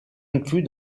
inclus